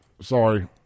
Sorry